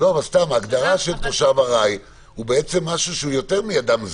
- אבל ההגדרה של תושב ארעי הוא יותר מאדם זר,